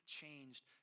changed